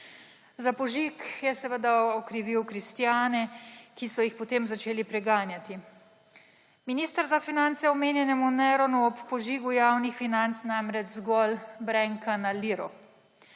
Za požig je seveda okrivil kristjane, ki so jih potem začeli preganjati. Minister za finance omenjenemu Neronu ob požigu javnih financ namreč zgolj brenka na liro.